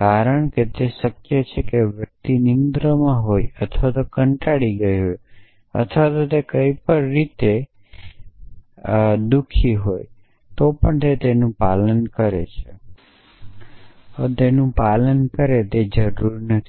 કારણ કે તે શક્ય છે કે વ્યક્તિ નિંદ્રામાં હોય અથવા કંટાળી ગઈ હોય અથવા તે કંઇપણ રીતે દુખી હોય પણ તે તેનું પાલન કરે તે જરૂરી નથી